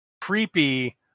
creepy